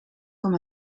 com